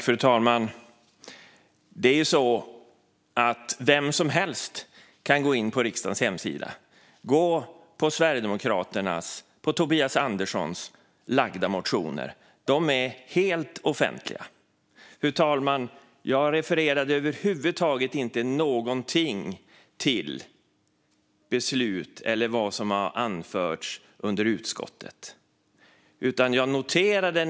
Fru talman! Vem som helst kan gå in på riksdagens hemsida och gå vidare till Sverigedemokraternas och Tobias Anderssons motioner. De är helt offentliga. Jag refererade över huvud taget inte till beslut eller till vad som har anförts under utskottssammanträden.